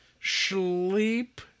sleep